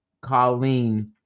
Colleen